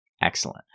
Excellent